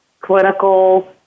clinical